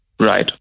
Right